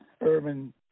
urban